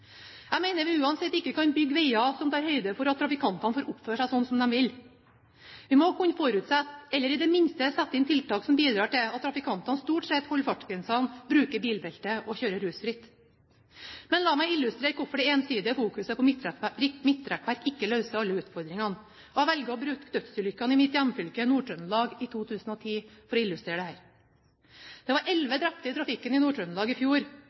Jeg mener vi uansett ikke kan bygge veier som tar høyde for at trafikantene får oppføre seg som de vil. Vi må kunne forutsette, eller i det minste sette inn tiltak som bidrar til, at trafikantene stort sett holder fartsgrensene, bruker bilbelte og kjører rusfritt. Men la meg illustrere hvorfor det ensidige fokuset på midtrekkverk ikke løser alle utfordringer. Jeg velger å bruke dødsulykkene i mitt hjemfylke, Nord-Trøndelag, i 2010 for å illustrere dette. Det var elleve drepte i trafikken i Nord-Trøndelag i fjor.